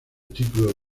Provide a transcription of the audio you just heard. título